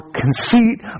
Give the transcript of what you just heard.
conceit